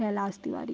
Kailash Tiwari